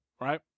right